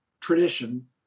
tradition